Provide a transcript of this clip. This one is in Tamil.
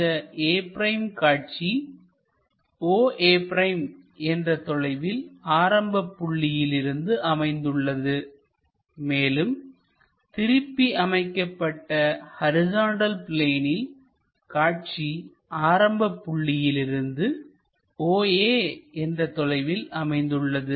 இந்த a' காட்சி oa' என்ற தொலைவில் ஆரம்பப் புள்ளியில் இருந்து அமைந்துள்ளது மேலும் திருப்பி அமைக்கப்பட்ட ஹரிசாண்டல் பிளேனில் காட்சி ஆரம்பப் புள்ளியிலிருந்து oa என்ற தொலைவில் அமைந்துள்ளது